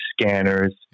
Scanners